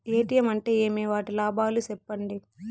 ATM అంటే ఏమి? వాటి లాభాలు సెప్పండి